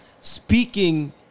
speaking